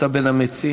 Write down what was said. אתה בין המציעים.